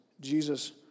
Jesus